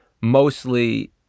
mostly